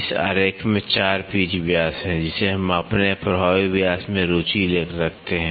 इस आरेख में 4 पिच व्यास है जिसे हम मापने या प्रभावी व्यास में रुचि रखते हैं